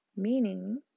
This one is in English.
Meaning